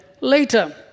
later